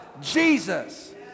Jesus